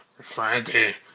Frankie